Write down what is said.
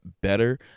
better